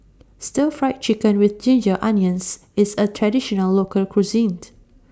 Stir Fried Chicken with Ginger Onions IS A Traditional Local Cuisine